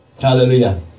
Hallelujah